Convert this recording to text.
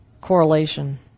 correlation